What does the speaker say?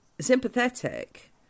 sympathetic